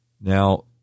Now